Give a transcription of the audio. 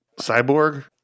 cyborg